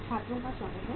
छात्रों का स्वागत हैं